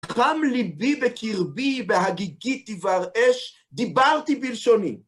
חם ליבי בקרבי בהגיגי דבר אש, דיברתי בלשוני.